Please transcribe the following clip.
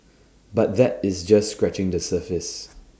but that is just scratching the surface